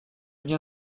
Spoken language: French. bien